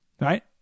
right